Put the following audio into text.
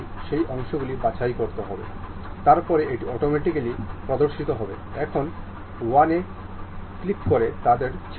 এবং এই crankshaft X ধনাত্মক X ডাইরেক্শনে এবং এই ক্র্যাঙ্ক কেসিং নেতিবাচক Y মধ্যে কেসিং